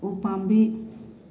ꯎꯄꯥꯝꯕꯤ